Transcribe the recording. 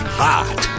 hot